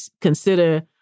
consider